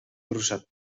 турушат